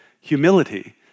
humility